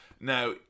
Now